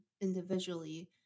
individually